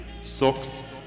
socks